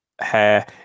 hair